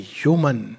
human